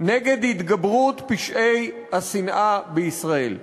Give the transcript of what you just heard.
נגד התגברות פשעי השנאה בישראל.